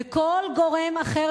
וכל גורם אחר,